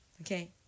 okay